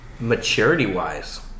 maturity-wise